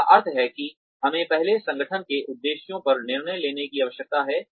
जिसका अर्थ है कि हमें पहले संगठन के उद्देश्यों पर निर्णय लेने की आवश्यकता है